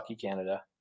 Canada